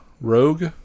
Rogue